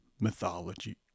Mythology